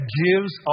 gives